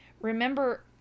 remember